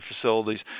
facilities